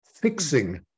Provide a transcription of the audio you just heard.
Fixing